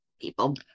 people